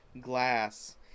glass